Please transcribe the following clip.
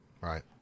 Right